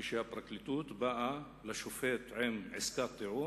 כשהפרקליטות באה לשופט עם עסקת טיעון,